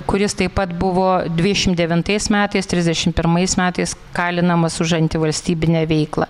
kuris taip pat buvo dvidešimt devintais metais trisdešimt pirmais metais kalinamas už antivalstybinę veiklą